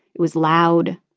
it was loud.